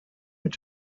mit